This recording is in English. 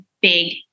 big